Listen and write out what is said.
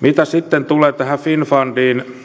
mitä tulee finnfundiin